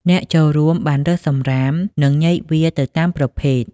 អ្នកចូលរួមបានរើសសំរាម និងញែកវាទៅតាមប្រភេទ។